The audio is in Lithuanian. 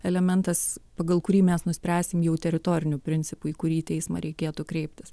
elementas pagal kurį mes nuspręsim jau teritoriniu principu į kurį teismą reikėtų kreiptis